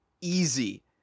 easy